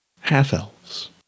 half-elves